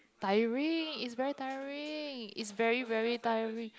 tiring is very tiring is very very tiring